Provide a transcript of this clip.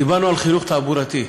דיברנו על חינוך תעבורתי,